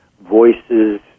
voices